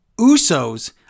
Usos